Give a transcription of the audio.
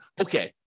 Okay